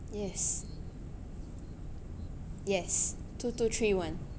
yes yes two two three one